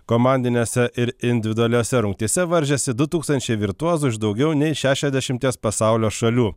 komandinėse ir individualiose rungtyse varžėsi du tūkstančiai virtuozų iš daugiau nei šešiasdešimties pasaulio šalių